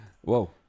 Whoa